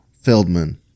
Feldman